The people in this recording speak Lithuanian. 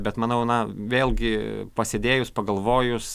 bet manau na vėlgi pasėdėjus pagalvojus